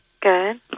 Good